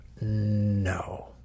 no